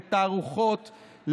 לתערוכות,